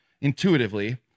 Intuitively